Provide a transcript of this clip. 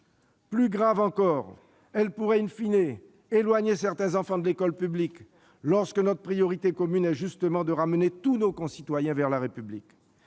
Plus grave encore, elle pourrait éloigner certains enfants de l'école publique, lorsque notre priorité commune est justement de ramener tous nos concitoyens vers la République.